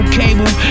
cable